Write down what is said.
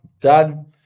done